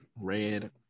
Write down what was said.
red